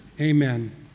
Amen